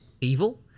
evil